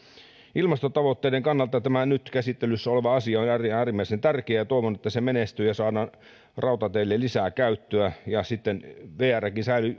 ilmastotavoitteiden kannalta tämä nyt käsittelyssä oleva asia on äärimmäisen tärkeä ja toivon että se menestyy ja saadaan rautateille lisää käyttöä sitten vrkin säilyy